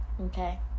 Okay